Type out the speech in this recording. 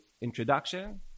introduction